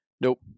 Nope